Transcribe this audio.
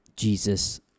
Jesus